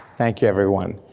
thank you everyone.